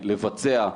לבצע.